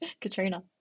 Katrina